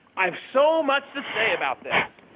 i have so much to say about this.